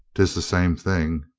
tis the same thing.